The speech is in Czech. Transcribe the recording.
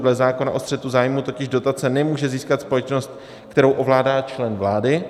Dle zákona o střetu zájmů totiž dotace nemůže získat společnost, kterou ovládá člen vlády.